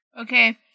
Okay